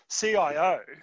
cio